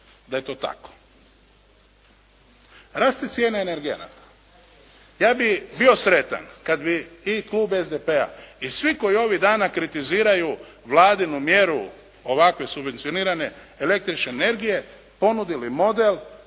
da je to tako. Raste cijena energija na to. Ja bih bio sretan kad bi i Klub SDP-a i svi koji ovih dana kritiziraju vladinu mjeru ovakve subvencionirane električne energije, ponudili model